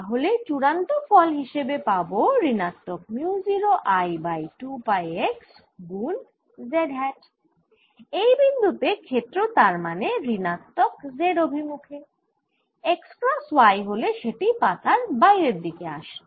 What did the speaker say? তাহলে চুড়ান্ত ফল হিসেবে পাবো ঋণাত্মক mu 0 I by 2 pi x গুন z এই বিন্দু তে ক্ষেত্র তার মানে ঋণাত্মক z অভিমুখে x ক্রস y হলে সেটি পাতার বাইরের দিকে আসত